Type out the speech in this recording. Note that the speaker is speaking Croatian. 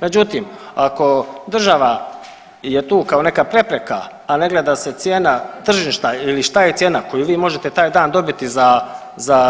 Međutim, ako država je tu kao neka prepreka, a ne gleda se cijena tržišta ili šta je cijena koju vi možete taj dan dobiti za, za